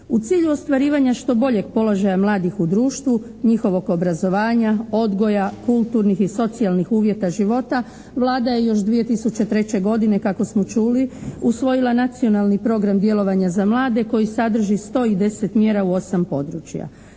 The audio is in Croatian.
U cilju ostvarivanja što boljeg položaja mladih u društvu, njihovog obrazovanja, odgoja, kulturnih i socijalnih uvjeta života Vlada je još 2003. godine kako smo čuli usvojila Nacionalni program djelovanja za mlade koji sadrži 110 mjera u osam područja.